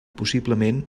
possiblement